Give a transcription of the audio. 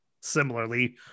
similarly